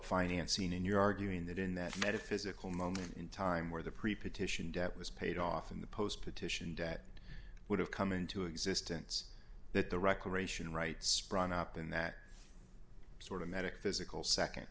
scene and you're arguing that in that metaphysical moment in time where the pre partition debt was paid off in the post petition that would have come into existence that the recreation rights sprung up in that sort of medic physical